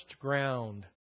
ground